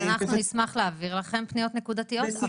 אז אנחנו נשמח להעביר לכם פניות נקודתיות.